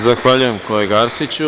Zahvaljujem kolega Arsiću.